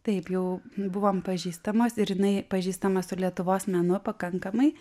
taip jau buvom pažįstamos ir jinai pažįstama su lietuvos menu pakankamai